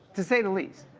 to say the least.